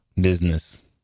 business